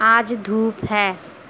آج دھوپ ہے